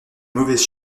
mauvaise